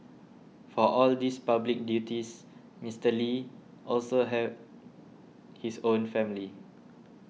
for all his public duties Mister Lee also had his own family